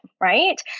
right